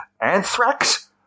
Anthrax